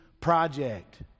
project